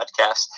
podcast